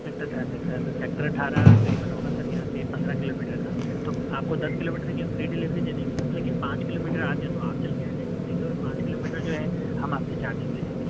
sector اٹھارہ sir sector اٹھارہ قریباً ہوگا سر یہاں سے پندرہ کلو میٹر کا تو آپ کو دس کلو میٹر کی ہم فری ڈلیوری دیں گے آپ لیکن پانچ کلو میٹر آ جائے تو آپ چل کے آ جائیے نہیں تو پانچ کلو میٹر جو ہے ہم آپ سے چارجیز لے لیں گے